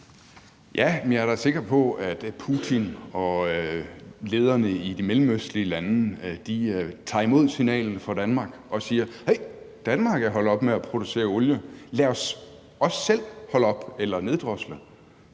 Ja, jeg er da sikker på, at Putin og lederne i de mellemøstlige lande tager imod signalet fra Danmark og siger: Hey, Danmark er holdt op med at producere olie – lad os også selv holde op eller neddrosle!